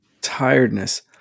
Tiredness